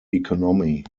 economy